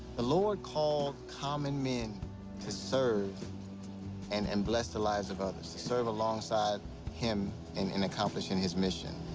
the lord call common men to serve and and bless the lives of others, to serve alongside him and in accomplishing his mission.